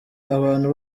abantu